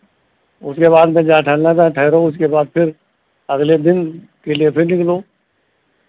उसके बाद फिर जहाँ ठहरना चाहे ठहरो उसके बाद फिर अगले दिन के लिए फिर निकलो